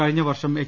കഴി ഞ്ഞവർഷം എച്ച്